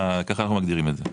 ככה אנחנו מגדירים את זה.